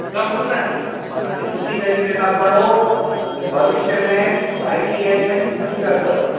ठीकु आहे पुटु बाक़ी सुठी तरीक़े खां पढ़ो भविष्य में आई टी आई में ई फ़्यूचर अथव